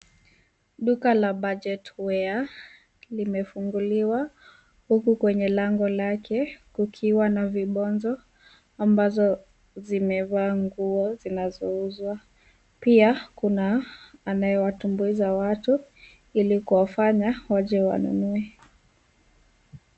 Duka la budget wear limefunguliwa huku kwenye lango lake kukiwa na vibonzo ambazo zimevaa nguo zinazouzwa . Pia kuna anayewatumbuiza watu ili kuwafanya waje wanunue.